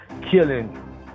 killing